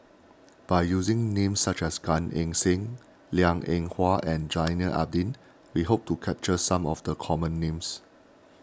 by using names such as Gan Eng Seng Liang Eng Hwa and Zainal Abidin we hope to capture some of the common names